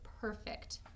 perfect